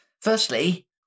Firstly